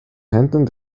händen